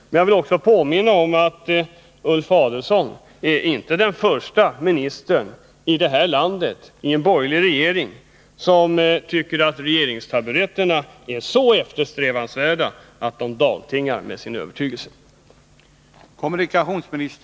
Men jag vill också påminna om att Ulf Adelsohn inte är den första minister inom en borgerlig regering i det här landet som tycker att regeringstaburetterna är så eftersträvansvärda att man dagtingar med sin övertygelse.